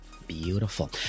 Beautiful